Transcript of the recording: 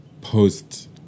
post